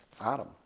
Adam